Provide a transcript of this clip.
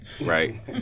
right